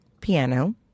piano